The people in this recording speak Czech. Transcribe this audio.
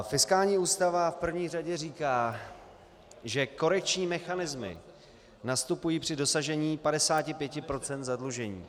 Fiskální ústava v první řadě říká, že korekční mechanismy nastupují při dosažení 55 % zadlužení.